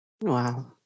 Wow